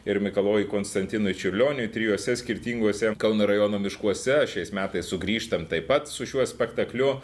ir mikalojui konstantinui čiurlioniui trijuose skirtinguose kauno rajono miškuose šiais metais sugrįžtam taip pat su šiuo spektakliu